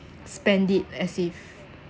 spend it as if